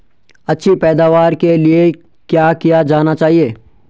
अच्छी पैदावार के लिए क्या किया जाना चाहिए?